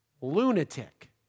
lunatic